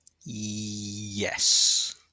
Yes